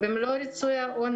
והם לא ריצו את העונש.